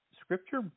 Scripture